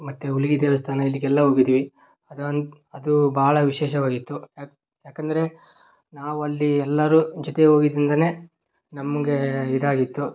ಮತ್ತೆ ಹುಲಿಗೆ ದೇವಸ್ಥಾನ ಇಲ್ಲಿಗೆಲ್ಲ ಹೋಗಿದ್ವಿ ಅದು ಒಂದು ಅದು ಭಾಳ ವಿಶೇಷವಾಗಿತ್ತು ಯಾಕೆಂದ್ರೆ ನಾವು ಅಲ್ಲಿ ಎಲ್ಲರು ಜೊತೆ ಹೋಗಿದ್ರಿಂದನೇ ನಮಗೆ ಇದಾಗಿತ್ತು